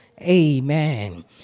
Amen